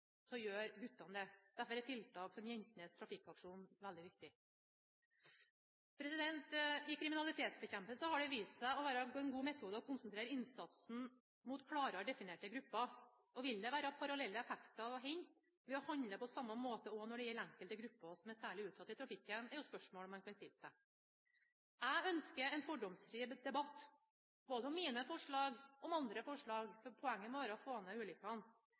det. Derfor er tiltak som «Jentenes trafikkaksjon» veldig viktig. I kriminalitetsbekjempelsen har det vist seg å være en god metode å konsentrere innsatsen om klarere definerte grupper. Om det vil være parallelle effekter å hente ved å handle på samme måte når det gjelder enkelte grupper som er særlig utsatte i trafikken, er et spørsmål man kan stille seg. Jeg ønsker en fordomsfri debatt både om mine forslag og om andre forslag. Poenget må være å få ned